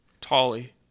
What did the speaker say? Tolly